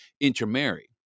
intermarry